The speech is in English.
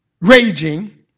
raging